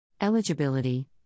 Eligibility